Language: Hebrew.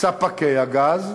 ספקי הגז,